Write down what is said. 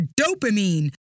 dopamine